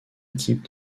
équipe